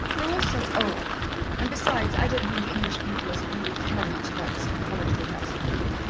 they're all so old and besides, i don't think english people as a rule care much about psychology and that sort of thing.